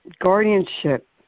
guardianship